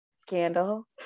scandal